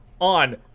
on